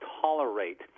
tolerate